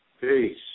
Peace